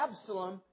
Absalom